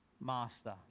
Master